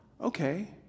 Okay